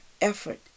effort